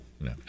No